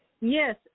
Yes